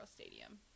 stadium